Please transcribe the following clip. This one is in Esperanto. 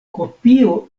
kopio